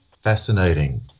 fascinating